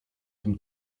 tym